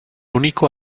único